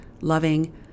loving